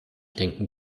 denken